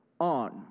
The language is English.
on